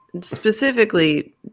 Specifically